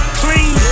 clean